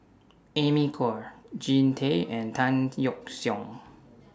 Amy Khor Jean Tay and Tan Yeok Seong